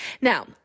Now